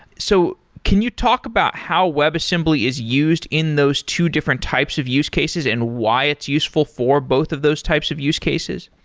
so, can you talk about how webassembly is used in those two different types of use cases and why it's useful for both of those types of use cases?